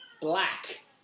Black